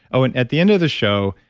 oh, and at the end of the show,